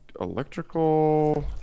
electrical